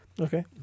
Okay